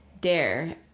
dare